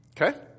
Okay